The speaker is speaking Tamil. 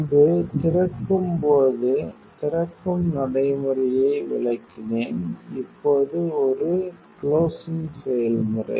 முன்பு திறக்கும்போது திறக்கும் நடைமுறையை விளக்கினேன் இப்போது ஒரு குளோசிங் செயல்முறை